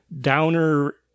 downer